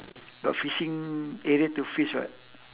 got fishing area to fish [what]